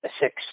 six